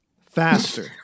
faster